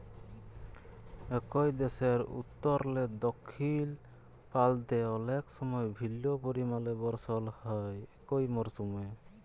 একই দ্যাশের উত্তরলে দখ্খিল পাল্তে অলেক সময় ভিল্ল্য পরিমালে বরসল হ্যয় একই মরসুমে